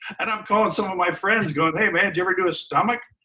and i'm calling some of my friends going, hey man, did you ever do a stomach?